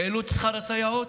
שהעלו את שכר הסייעות?